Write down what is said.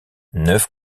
neuf